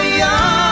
young